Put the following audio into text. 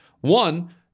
One